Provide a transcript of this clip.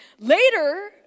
Later